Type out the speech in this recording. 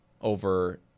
over